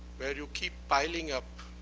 where you keep piling up.